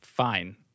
Fine